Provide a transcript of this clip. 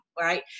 right